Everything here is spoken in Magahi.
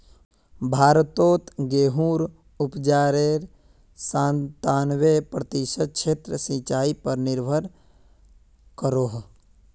भारतोत गेहुंर उपाजेर संतानबे प्रतिशत क्षेत्र सिंचाई पर निर्भर करोह